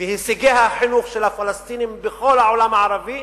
והישגי החינוך של הפלסטינים, בכל העולם הערבי,